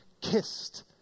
kissed